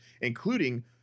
including